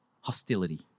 hostility